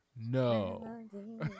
No